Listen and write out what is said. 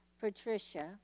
Patricia